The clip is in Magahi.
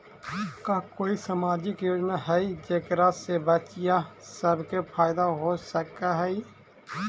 का कोई सामाजिक योजना हई जेकरा से बच्चियाँ सब के फायदा हो सक हई?